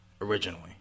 originally